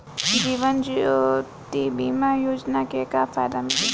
जीवन ज्योति बीमा योजना के का फायदा मिली?